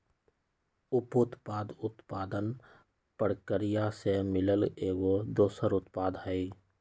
उपोत्पाद उत्पादन परकिरिया से मिलल एगो दोसर उत्पाद हई